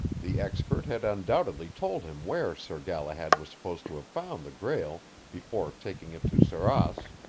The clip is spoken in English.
the expert had undoubtedly told him where sir galahad was supposed to have found the grail before taking it to sarras,